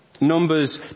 Numbers